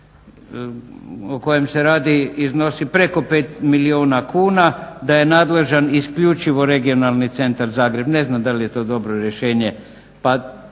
o kojem se radi iznosi preko 5 milijuna kuna da je nadležan isključivo Regionalni centar Zagreb. Ne znam da li je to dobro rješenje.